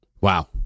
Wow